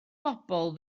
bobl